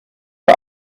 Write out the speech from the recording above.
for